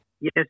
Yes